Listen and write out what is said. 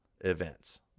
events